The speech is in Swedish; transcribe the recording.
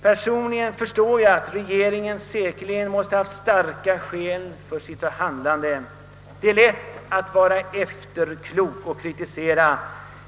Jag förstår att regeringen måste ha haft starka skäl för sitt handlande, och det är lätt att vara efterklok, att kritisera.